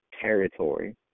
territory